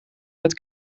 met